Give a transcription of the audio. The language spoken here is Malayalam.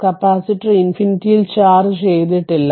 കപ്പാസിറ്റർ ഇൻഫിനിറ്റിയിൽ ചാർജ് ചെയ്തിട്ടില്ല